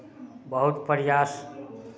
बहुत प्रयास